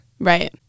Right